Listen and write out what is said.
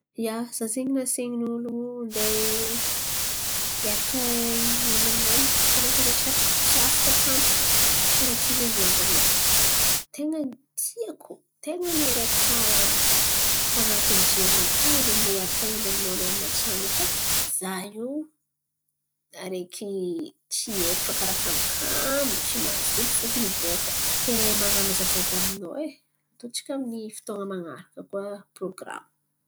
Ia, za zen̈y nasain̈y n'olo nandeha hiaraka ihina aminany, kanefa za tsy apaka tsy afaka tampoko, karaty izy raha volan̈iko aminany. Tena tiako, ten̈a ny areky fa tan̈atiny jery nakà hely andeha hiaraka aminô niany matsan̈a. Fa za io areky tsy haiko fa karà kamokamo tsy mazoto feky hiboaka, kay man̈ano azafady aminô e. Atô tsika amy ny fotoan̈a man̈araka koa programa.